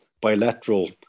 bilateral